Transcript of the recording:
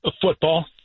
football